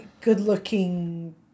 good-looking